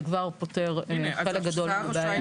זה כבר פותר חלק גדול מהבעיה.